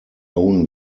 own